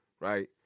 right